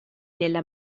nella